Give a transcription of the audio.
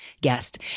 guest